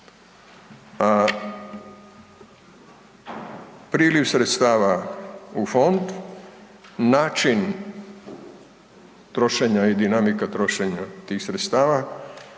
Priljev sredstava u fond, način trošenja i dinamika trošenja tih sredstava